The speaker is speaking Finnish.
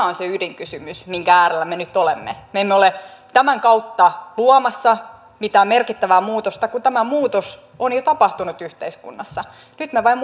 on se ydinkysymys minkä äärellä me nyt olemme me emme ole tämän kautta luomassa mitään merkittävää muutosta koska tämä muutos on jo tapahtunut yhteiskunnassa nyt me vain